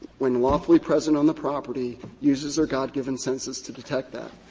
when lawfully present on the property, uses their god-given senses to detect that.